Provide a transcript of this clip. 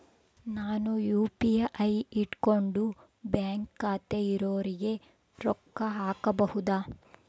ನಾನು ಯು.ಪಿ.ಐ ಇಟ್ಕೊಂಡು ಬ್ಯಾಂಕ್ ಖಾತೆ ಇರೊರಿಗೆ ರೊಕ್ಕ ಹಾಕಬಹುದಾ?